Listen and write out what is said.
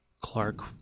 Clark